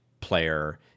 player